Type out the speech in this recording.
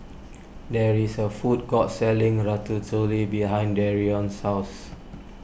there is a food court selling Ratatouille behind Darrion's house